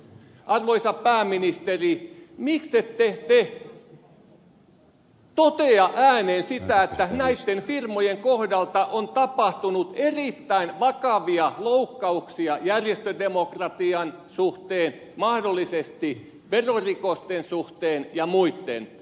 arvoisa pääministeri miksette te totea ääneen sitä että näitten firmojen kohdalla on tapahtunut erittäin vakavia loukkauksia järjestödemokratian suhteen mahdollisesti verorikosten suhteen ja muitten suhteen